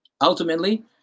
Ultimately